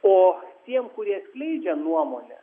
o tiems kurie skleidžia nuomonę